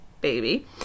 baby